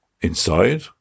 Inside